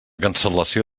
cancel·lació